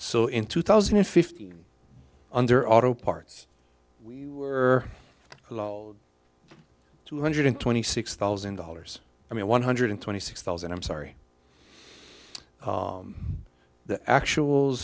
so in two thousand and fifteen under auto parts we lost two hundred twenty six thousand dollars i mean one hundred twenty six thousand i'm sorry the actual